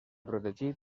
protegit